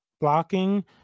blocking